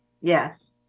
Yes